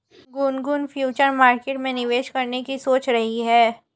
Gungun future market में निवेश करने की सोच रही है